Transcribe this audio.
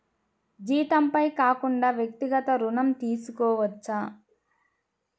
జీతంపై కాకుండా వ్యక్తిగత ఋణం తీసుకోవచ్చా?